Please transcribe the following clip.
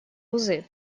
узы